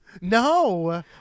No